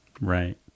right